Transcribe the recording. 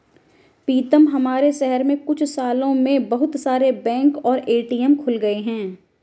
पीतम हमारे शहर में कुछ सालों में बहुत सारे बैंक और ए.टी.एम खुल गए हैं